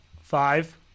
five